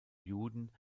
juden